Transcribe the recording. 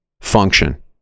function